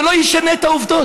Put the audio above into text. זה לא ישנה את העובדות.